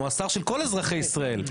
הוא השר של כל אזרחי ישראל.